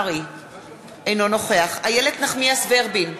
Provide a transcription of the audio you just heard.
אינו נוכח איילת נחמיאס ורבין,